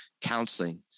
counseling